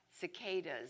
cicadas